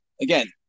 again